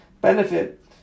benefit